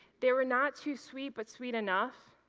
they were not too sweet, but sweet enough.